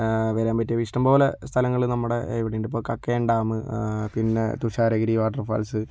വരാൻ പറ്റിയ ഇഷ്ടംപോലെ സ്ഥലങ്ങൾ നമ്മുടെ ഇവടെയുണ്ട് ഇപ്പോൾ കക്കയം ഡാമ് പിന്നെ തുഷാരഗിരി വാട്ടർ ഫാൾസ്